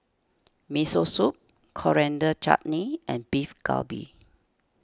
Miso Soup Coriander Chutney and Beef Galbi